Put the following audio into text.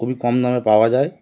খুবই কম দামে পাওয়া যায়